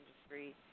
industry